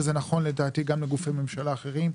וזה נכון לדעתי גם לגופי ממשלה אחרים,